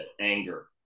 Anger